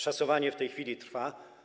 Szacowanie w tej chwili trwa.